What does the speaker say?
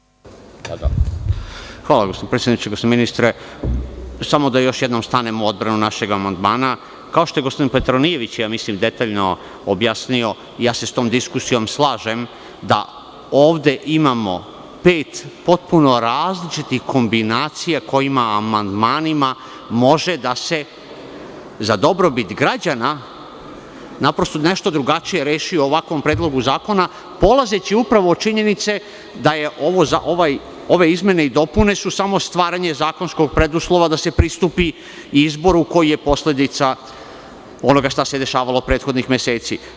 Hvala gospodine predsedniče, gospodine ministre, samo da još jedno stanem u odbranu našeg amandmana, kao što je gospodin Petronijević detaljno objasnio i ja se sa tom diskusijom slažem, da ovde imamo pet potpuno različitih kombinacija, kojim amandmanima može da se, za dobrobit građana, naprosto nešto drugačije reši u ovakvom predlogu zakona, polazeći upravo od činjenice da su ove izmene i dopune samo stvaranje zakonskog preduslova da se pristupi izboru koji je posledica onoga što se dešavalo prethodnih meseci.